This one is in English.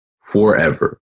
forever